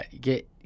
get